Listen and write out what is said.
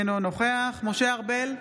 אינו נוכח משה ארבל,